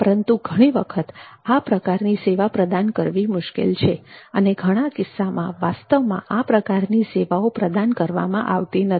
પરંતુ ઘણી વખત આ પ્રકારની સેવા પ્રદાન કરવી મુશ્કેલ છે અને ઘણા કિસ્સામાં વાસ્તવમાં આ પ્રકારની સેવાઓ પ્રદાન કરવામાં આવતી નથી